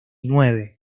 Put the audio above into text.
nueve